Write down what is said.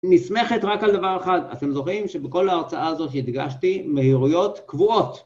נסמכת רק על דבר אחד, אתם זוכרים שבכל ההרצאה הזאת הדגשתי מהירויות קבועות.